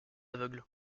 aveugles